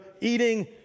eating